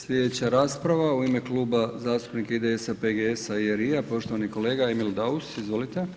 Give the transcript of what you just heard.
Slijedeća rasprava u ime Kluba zastupnika IDS-PGS-RI-a, poštovani kolega Emil Daus, izvolite.